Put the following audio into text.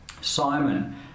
Simon